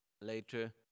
later